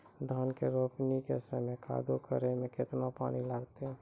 धान के रोपणी के समय कदौ करै मे केतना पानी लागतै?